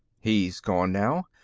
he's gone now?